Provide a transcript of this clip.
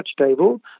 table